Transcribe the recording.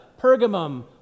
Pergamum